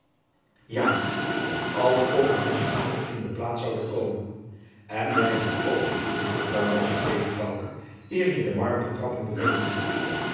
ja als of er niet een ander in de plaats zoude komen en jij hadt ook je voeten wel mogen veegen bouke eer je de marmeren trappen